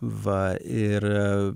va ir